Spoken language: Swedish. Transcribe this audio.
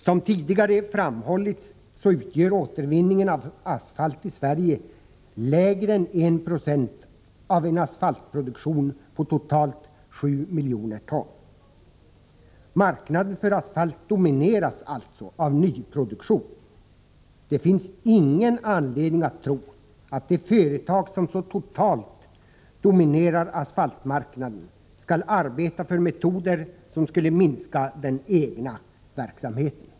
Som tidigare framhållits utgör återvinningen av asfalt i Sverige lägre än 190 av asfaltproduktionen på totalt 7 miljoner ton. Marknaden för asfalt domineras alltså av nyproduktion. Det finns ingen anledning att tro att de företag som så totalt dominerar asfaltmarknaden skall arbeta för metoder som skulle minska den egna verksamheten.